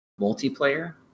multiplayer